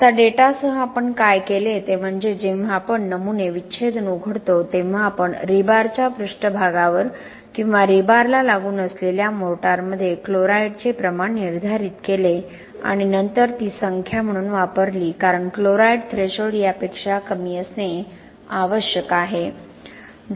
आता डेटासह आपण काय केले ते म्हणजे जेव्हा आपण नमुने विच्छेदन उघडतो तेव्हा आपण रीबारच्या पृष्ठभागावर किंवा रीबारला लागून असलेल्या मोर्टारमध्ये क्लोराईडचे प्रमाण निर्धारित केले आणि नंतर ती संख्या म्हणून वापरली कारण क्लोराईड थ्रेशोल्ड यापेक्षा कमी असणे आवश्यक आहे